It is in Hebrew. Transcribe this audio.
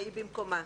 ההערה במקומה.